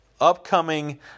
upcoming